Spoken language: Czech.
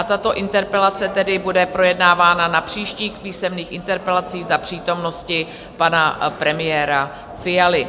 Tato interpelace tedy bude projednávána na příštích písemných interpelacích za přítomnosti pana premiéra Fialy.